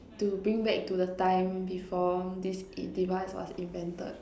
to bring back to the time before this device was invented